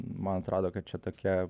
man atrodo kad čia tokia